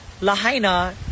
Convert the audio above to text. Lahaina